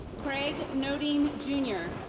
craig nodine jr.